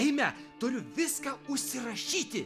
eime turiu viską užsirašyti